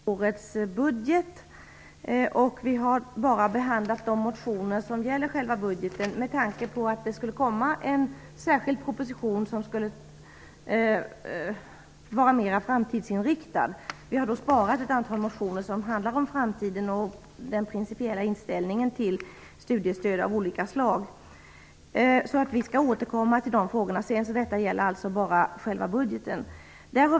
Herr talman! Det här betänkandet gäller årets budget. Vi har alltså bara behandlat de motioner som gäller själva budgeten med tanke på att det skulle komma en särskild proposition som skulle vara mera framtidsinriktad. Vi har följaktligen sparat ett antal motioner som handlar om framtiden och om den principiella inställningen till studiestöd av olika slag. Vi återkommer således senare till de frågorna. Nu gäller det, som sagt, bara själva budgeten.